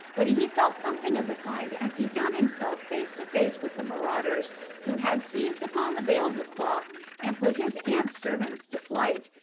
but he felt something of the kind as he found himself face to face with the marauders who had seized upon the bales of cloth and put his aunt's servants to flight,